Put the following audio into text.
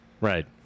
Right